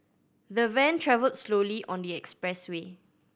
the van travelled slowly on the expressway